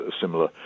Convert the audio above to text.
similar